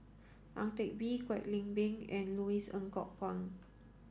Ang Teck Bee Kwek Leng Beng and Louis Ng Kok Kwang